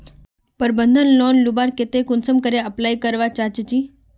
प्रबंधन लोन लुबार केते कुंसम करे अप्लाई करवा चाँ चची?